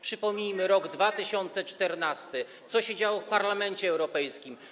Przypomnijmy rok 2014 i to, co się działo w Parlamencie Europejskim.